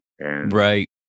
Right